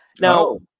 Now